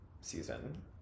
season